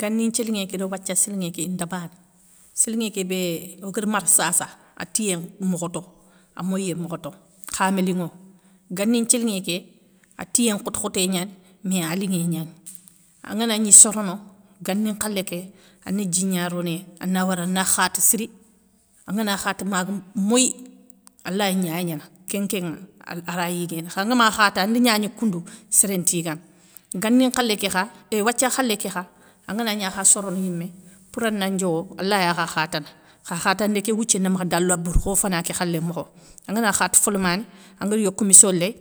Gani nthiélinŋé ké do wathia sélinŋé ké inta bana sélinŋé kébé ogara marasasa a tiyé mi khoto, a moyiyé mi khoto kha ami linŋo. Gani nthiélinŋé ké atiyé nkhotkhotégnani mé a linŋé gnani. Anganagni sorono; gani nkhalé ké ani dji gna ro néy ana wara ana khate siri angana khata maga moyi, alay gnagnana kénkénŋa aray yiguéné, kha angama khata anda gnagna koundou sérin nti yigana, gani nkhalé ké kha éhh wathia khalé ké kha angana gna kha sorono yimé pourana ndiowo alay akha khatana kha khatandé ké wouthié namakha dala bourou kho fana ké khalé mokho, angana khata folamané, angari yokou misso léy